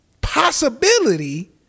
possibility